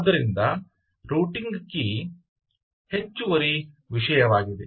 ಆದ್ದರಿಂದ routing key ಹೆಚ್ಚುವರಿ ವಿಷಯವಾಗಿದೆ